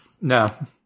No